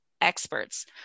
experts